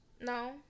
No